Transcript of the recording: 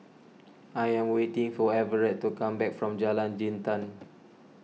I am waiting for Everet to come back from Jalan Jintan